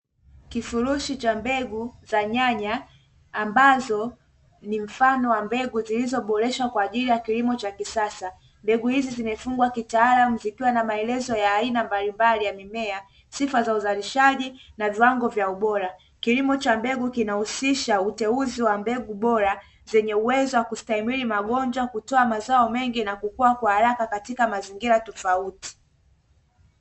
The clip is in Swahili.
Kifurushi cha mbegu za nyanya ambazo ni mfano wa mbegu zilizoboreshwa kwa ajili ya kilimo cha kisasa. Mbegu hizi zimefungwa kitaalamu zikiwa na maelezo ya aina mbalimbali ya mimea, sifa za uzalishaji, na viwango vya ubora. Kilimo cha mbegu kinahusisha uteuzi wa mbegu bora zenye uwezo wa kustahimili magonjwa, kutoa mazao mengi, na kukua kwa haraka katika mazingira tofauti.